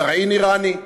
גרעין איראני.